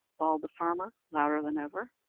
bawled the farmer, louder than ever.